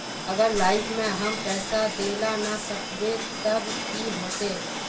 अगर लाइफ में हम पैसा दे ला ना सकबे तब की होते?